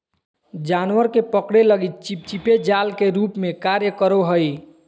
जानवर के पकड़े लगी चिपचिपे जाल के रूप में कार्य करो हइ